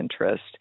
interest